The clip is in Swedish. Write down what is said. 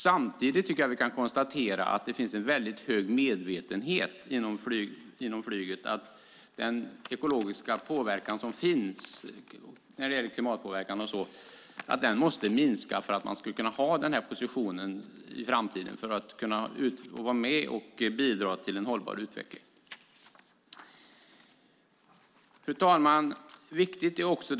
Vi kan samtidigt konstatera att det finns en hög medvetenhet inom flyget om att klimatpåverkan måste minska för att man ska kunna vara med och bidra till en hållbar utveckling i framtiden. Fru talman!